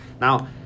Now